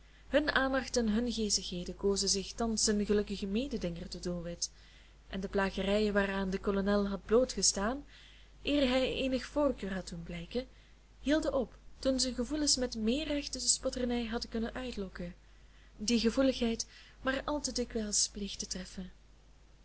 hun aandacht en hun geestigheden kozen zich thans zijn gelukkigen mededinger tot doelwit en de plagerijen waaraan de kolonel had blootgestaan eer hij eenige voorkeur had doen blijken hielden op toen zijn gevoelens met meer recht de spotternij hadden kunnen uitlokken die gevoeligheid maar al te dikwijls pleegt te treffen